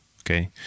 Okay